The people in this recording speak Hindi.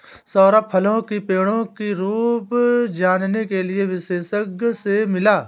सौरभ फलों की पेड़ों की रूप जानने के लिए विशेषज्ञ से मिला